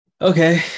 Okay